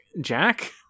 Jack